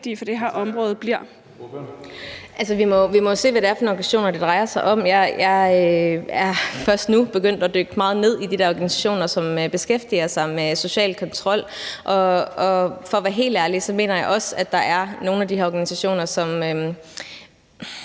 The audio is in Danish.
(DD): Altså, vi må jo se på, hvad det er for nogle organisationer, det drejer sig om. Jeg er først nu begyndt at dykke meget ned i de der organisationer, som beskæftiger sig med social kontrol, og for at være helt ærlig mener jeg også, at der er nogle af de her organisationer, hvor